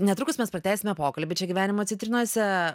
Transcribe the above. netrukus mes pratęsime pokalbį čia gyvenimo citrinose